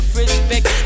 respect